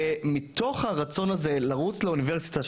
ומתוך הרצון הזה לרוץ לאוניברסיטה,